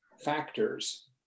factors